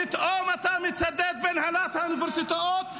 פתאום אתה מצדד בהנהלת האוניברסיטאות?